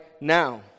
now